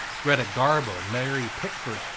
greta garbo, mary pickford,